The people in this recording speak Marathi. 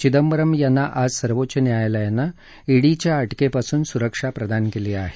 चिदंबरम यांना आज सर्वोच्च न्यायालयानं ईडीच्या अटकेपासून सुरक्षा प्रदान केली आहे